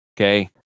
Okay